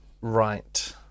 Right